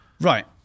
Right